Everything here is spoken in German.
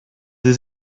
sie